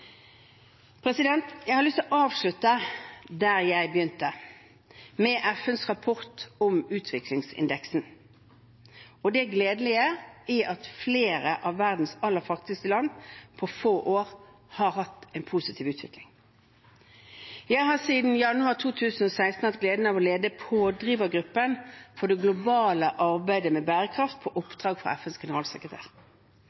Jeg har lyst til å avslutte der jeg begynte, med FNs rapport om utviklingsindeksen og det gledelige i at flere av verdens aller fattigste land på få år har hatt en positiv utvikling. Jeg har siden januar 2016 hatt gleden av å lede pådrivergruppen for det globale arbeidet med bærekraft på